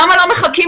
למה באמת?